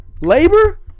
Labor